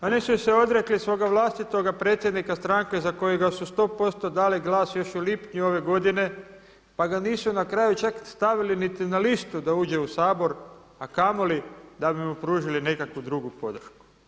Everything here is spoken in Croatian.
Oni su se odrekli i svoga vlastitoga predsjednika stranke za kojega su sto posto dali glas još u lipnju ove godine, pa ga nisu na kraju čak stavili niti na listu da uđe u Sabor, a kamoli da bi mu pružili nekakvu drugu podršku.